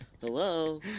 Hello